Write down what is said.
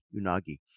Unagi